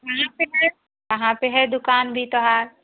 कहाँ पर है कहाँ पर है दुकान भी तोहार